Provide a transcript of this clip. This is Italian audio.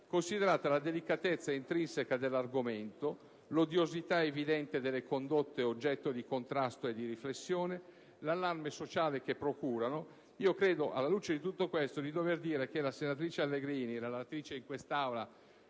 Considerata la delicatezza intrinseca dell'argomento, l'odiosità evidente delle condotte oggetto di contrasto e di riflessione, l'allarme sociale che procurano, credo di dover dire che la senatrice Allegrini, relatrice in quest'Aula,